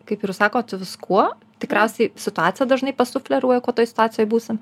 kaip ir jūs sakot viskuo tikriausiai situacija dažnai pasufleruoja kuo toj situacijoj būsim